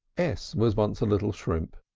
s was once a little shrimp,